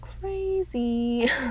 crazy